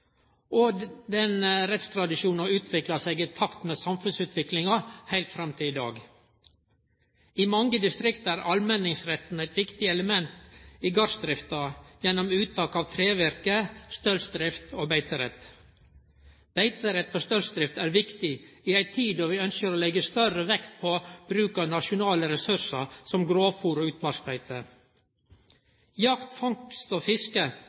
landet. Den rettstradisjonen har utvikla seg i takt med samfunnsutviklinga heilt fram til i dag. I mange distrikt er allmenningsretten eit viktig element i gardsdrifta gjennom uttak av trevirke, stølsdrift og beiterett. Beiterett og stølsdrift er viktig i ei tid der vi ønskjer å leggje større vekt på bruk av nasjonale ressursar som grovfôr og utmarksbeite. Jakt, fangst og fiske